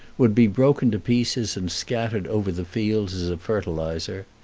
would be broken to pieces and scattered over the fields as a fertilizer.